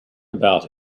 about